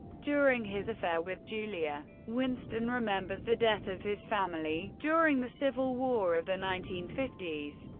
during his affair with julia, winston remembers the death of his family during the civil war of the nineteen fifty s,